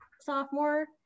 sophomore